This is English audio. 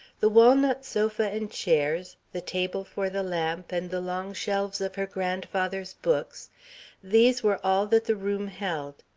the walnut sofa and chairs, the table for the lamp, and the long shelves of her grandfather's books these were all that the room held.